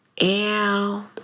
Ew